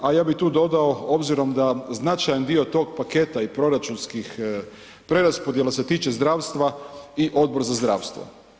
A ja bi tu dodao, obzirom da značajan dio tog paketa i proračunskih preraspodjela se tiče zdravstva, i Odbor za zdravstvo.